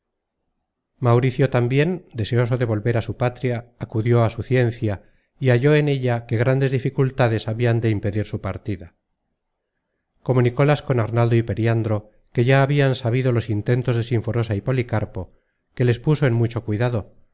mauricio tambien deseoso de volver á su patria acudió a su ciencia y halló en ella que grandes dificultades habian de impedir su partida comunicolas con arnaldo y periandro que ya habian sabido los intentos de sinforosa y policarpo que les puso en mucho cuidado